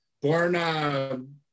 born